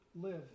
live